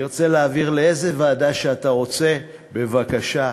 בבקשה, תרצה להעביר לאיזו ועדה שתרצה, בבקשה.